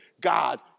God